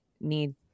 need